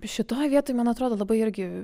šitoj vietoj man atrodo labai irgi